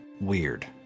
weird